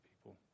people